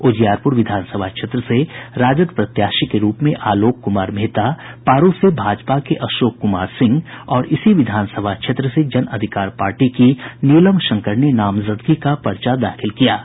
उजियारपूर विधानसभा क्षेत्र से राजद प्रत्याशी के रूप में आलोक कुमार मेहता पारू से भाजपा के अशोक कुमार सिंह और इसी विधानसभा क्षेत्र से जन अधिकार पार्टी की नीलम शंकर ने नामजदगी का पर्चा दाखिल किया है